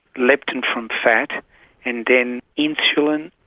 leptin from fat and then insulin,